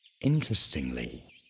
Interestingly